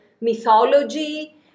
mythology